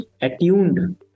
attuned